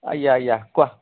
য়া য়া কোৱা